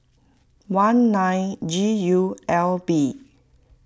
one nine G U L B